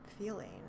feeling